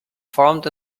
formed